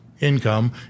income